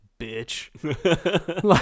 bitch